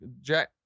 Jack